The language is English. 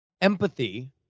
empathy